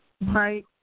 right